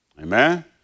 Amen